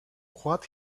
what